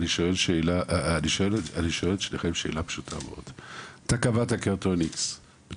אני שואל את שניכם שאלה פשוטה מאוד: אתה קבעת קריטריון מסוים,